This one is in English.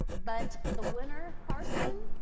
but the winner, carson,